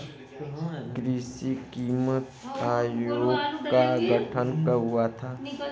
कृषि कीमत आयोग का गठन कब हुआ था?